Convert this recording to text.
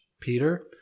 Peter